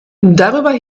darüber